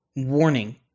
Warning